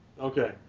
Okay